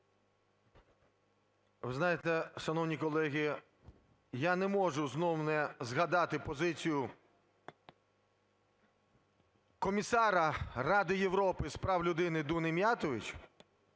Ви знаєте, шановні колеги, я не можу знов не згадати позицію комісара Ради Європи з прав людини ДуніМіятович,